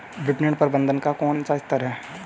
विपणन प्रबंधन का कौन सा स्तर है?